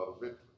victory